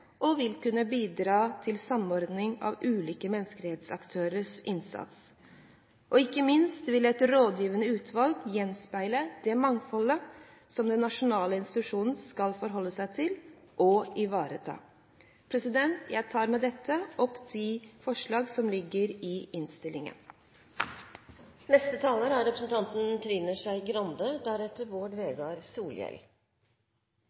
Utvalget vil ha en viktig funksjon som rådgivende organ for institusjonens virksomhet, og vil kunne bidra til samordning av ulike menneskerettighetsaktørers innsats. Ikke minst vil det rådgivende utvalget gjenspeile det mangfoldet som den nasjonale institusjonen skal forholde seg til og ivareta. Jeg anbefaler innstillingen. I Norge har vi som bilde av oss sjøl at vi er kjempegode med